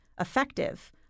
effective